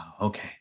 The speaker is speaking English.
Okay